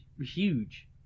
huge